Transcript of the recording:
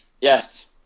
yes